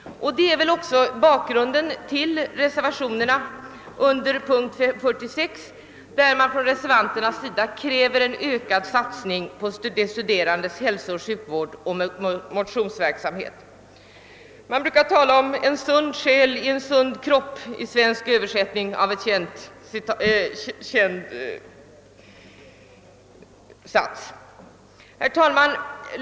Det är också bakgrunden till reservationerna under punkten 46, i vilka reservanterna kräver en ökad satsning på de studerandes hälsooch sjukvård och motionsverksamhet. I en svensk översättning av ett känt uttryck talar man om »en sund själ i en sund kropp».